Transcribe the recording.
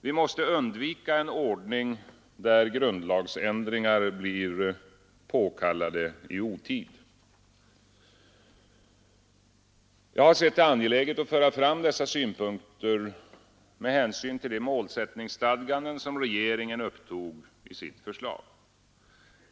Vi måste undvika en ordning där grundlagsändringar blir påkallade i otid. Jag har sett det som angeläget att föra fram dessa synpunkter med hänsyn till de målsättningsstadganden som regeringen upptog i sitt förslag.